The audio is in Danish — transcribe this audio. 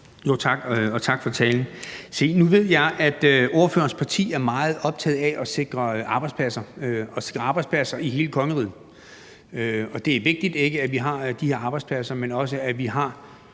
tak for talen. Se, nu ved jeg, at ordførerens parti er meget optaget af at sikre arbejdspladser og sikre arbejdspladser i hele kongeriget, og det er vigtigt, at vi har de her arbejdspladser, men også, at vi har